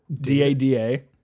D-A-D-A